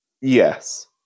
Yes